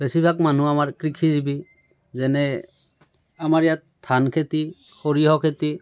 বেছিভাগ মানুহ আমাৰ কৃষিজীৱি যেনে আমাৰ ইয়াত ধান খেতি সৰিয়হ খেতি